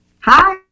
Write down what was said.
Hi